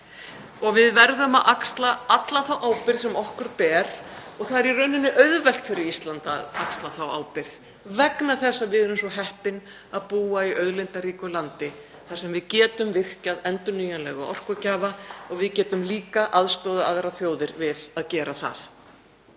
Við verðum að axla alla þá ábyrgð sem okkur ber og það er í rauninni auðvelt fyrir Ísland að axla þá ábyrgð vegna þess að við erum svo heppin að búa í auðlindaríku landi þar sem við getum virkjað endurnýjanlega orkugjafa og við getum líka aðstoðað aðrar þjóðir við að gera það.